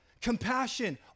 compassion